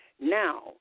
Now